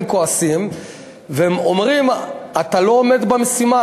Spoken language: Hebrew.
כועסים והם אומרים: אתה לא עומד במשימה,